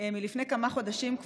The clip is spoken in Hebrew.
כבר לפני כמה חודשים,